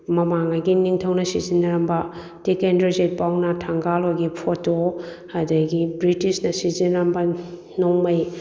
ꯃꯃꯥꯡꯉꯩꯒꯤ ꯅꯤꯡꯊꯧꯅ ꯁꯤꯖꯤꯟꯅꯔꯝꯕ ꯇꯤꯀꯦꯟꯗ꯭ꯔꯖꯤꯠ ꯄꯥꯎꯅꯥ ꯊꯡꯒꯥꯜꯒꯤ ꯐꯣꯇꯣ ꯑꯗꯒꯤ ꯕ꯭ꯔꯤꯇꯤꯁꯅ ꯁꯤꯖꯤꯟꯅꯔꯝꯕ ꯅꯣꯡꯃꯩ